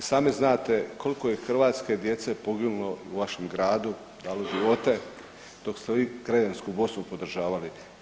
I sami znate koliko je hrvatske djece poginulo u vašem gradu, dalo živote, dok ste vi krajinsku Bosnu podržavali.